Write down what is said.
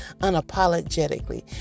unapologetically